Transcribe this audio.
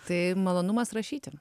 tai malonumas rašyti